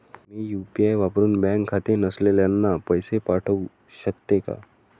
मी UPI वापरुन bank खाते नसलेल्यांना पैसे पाठवू शकते का?